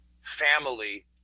family